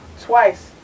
twice